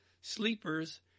sleepers